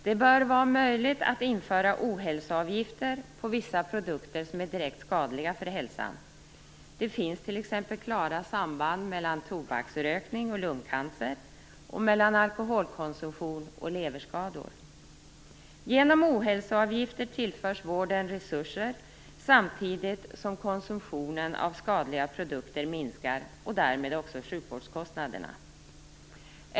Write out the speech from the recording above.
Det bör vara möjligt att införa "ohälsoavgifter" på vissa produkter som är direkt skadliga för hälsan. Det finns t.ex. klara samband mellan tobaksrökning och lungcancer och mellan alkoholkonsumtion och leverskador. Genom ohälsoavgifter tillförs vården resurser samtidigt som konsumtionen av skadliga produkter, och därmed också sjukvårdskostnaderna, minskar.